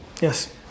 yes